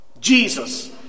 Jesus